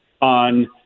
on